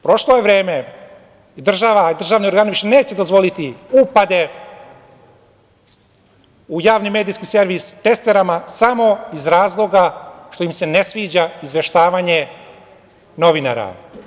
Prošlo je vreme i državni organi više neće dozvoliti upade u Javni medijski servis testerama samo iz razloga što im se ne sviđa izveštavanje novinara.